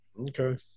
Okay